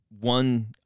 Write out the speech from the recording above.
one